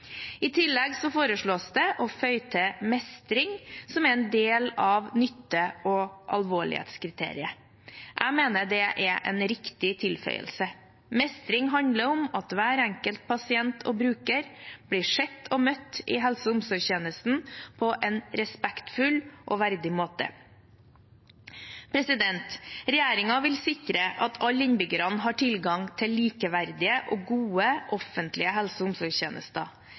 I tillegg foreslås det å føye til mestring som en del av nytte- og alvorlighetskriteriet. Jeg mener dette er en riktig tilføyelse. Mestring handler om at hver enkelt pasient og bruker blir sett og møtt i helse- og omsorgstjenesten på en respektfull og verdig måte. Regjeringen vil sikre at alle innbyggere har tilgang til likeverdige og gode offentlige helse- og omsorgstjenester.